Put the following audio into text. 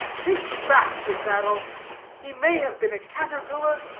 take back this adult he may have been a caterpillar,